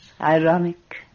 ironic